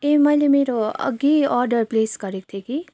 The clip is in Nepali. ए मैले मेरो अघि अर्डर प्लेस गरेको थिएँ कि